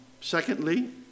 secondly